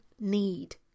need